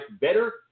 better